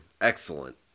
Excellent